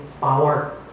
power